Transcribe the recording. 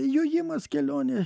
jojimas kelionė